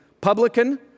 publican